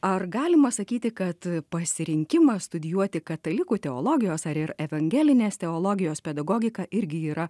ar galima sakyti kad pasirinkimą studijuoti katalikų teologijos ar ir evangelinės teologijos pedagogiką irgi yra